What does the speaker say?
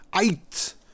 eight